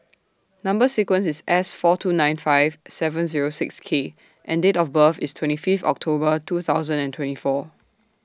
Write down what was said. Number sequence IS S four two nine five seven Zero six K and Date of birth IS twenty Fifth October two thousand and twenty four